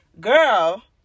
girl